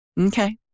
Okay